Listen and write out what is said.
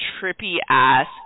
trippy-ass